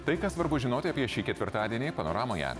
tai ką svarbu žinoti apie šį ketvirtadienį panoramoje